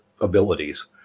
abilities